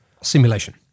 simulation